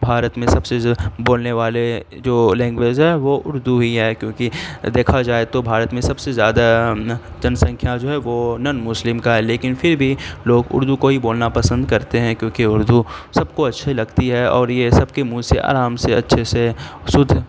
بھارت میں سب سے بولنے والے جو لینگویز ہے وہ اردو ہی ہے کیونکہ دیکھا جائے تو بھارت میں سب سے زیادہ جن سنکھیا جو ہے وہ نن مسلم کا ہے لیکن پھر بھی لوگ اردو کو ہی بولنا پسند کرتے ہیں کیونکہ اردو سب کو اچھی لگتی ہے اور یہ سب کے منہ سے آرام سے اچھے سے شدھ